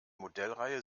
modellreihe